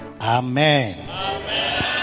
Amen